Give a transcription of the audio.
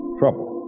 trouble